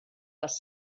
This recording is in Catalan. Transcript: les